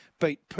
beat